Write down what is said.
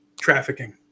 trafficking